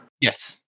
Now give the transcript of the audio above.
Yes